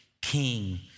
king